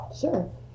Sure